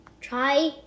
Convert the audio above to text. try